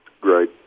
Great